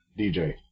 DJ